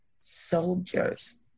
soldiers